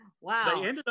Wow